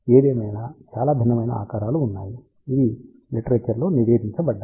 ఏదేమైనా చాలా భిన్నమైన ఆకారాలు ఉన్నాయి ఇవి లిటరేచర్ లో నివేదించబడ్డాయి